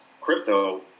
crypto